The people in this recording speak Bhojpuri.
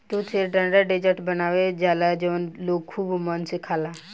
दूध से ठंडा डेजर्ट बनावल जाला जवन लोग खुबे मन से खाला